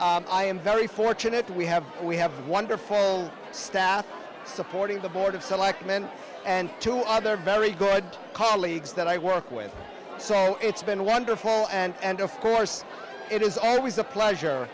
fast i am very fortunate we have we have wonderful staff supporting the board of selectmen and two other very good colleagues that i work with so it's been wonderful and of course it is always a pleasure